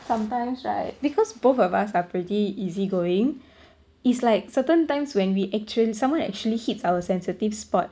sometimes right because both of us are pretty easygoing it's like certain times when we actua~ someone actually hits our sensitive spot